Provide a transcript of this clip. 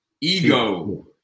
ego